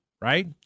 right